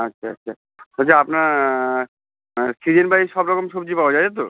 আচ্ছা আচ্ছা যদি আপনার সিজিন ওয়াইস সব রকম সবজি পাওয়া যায় তো